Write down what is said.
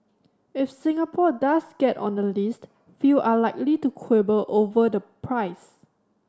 if Singapore does get on the list few are likely to quibble over the price